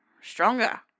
Stronger